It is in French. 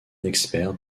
expert